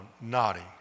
nodding